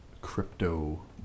crypto